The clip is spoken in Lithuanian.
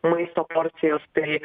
maisto porcijos tai